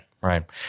Right